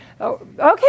okay